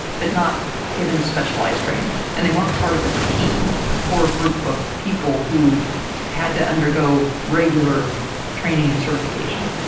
but not given specialized training, and they weren't part of a team, a core group of people who had to undergo regular training and certification.